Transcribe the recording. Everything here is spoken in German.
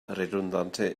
redundante